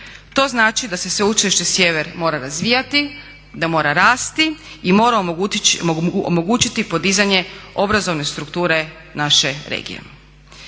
To znači da se Sveučilište Sjever mora razvijati, da mora rasti i mora omogućiti podizanje obrazovane strukture naše regije.